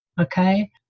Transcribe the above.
okay